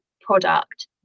product